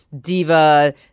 diva